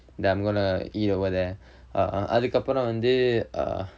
that I'm going to eat over there err அதுக்கப்புறம் வந்து:athukkappuram vanthu err